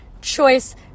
choice